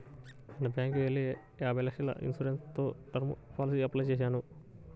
నిన్న బ్యేంకుకెళ్ళి యాభై లక్షల ఇన్సూరెన్స్ తో టర్మ్ పాలసీకి అప్లై చేశాను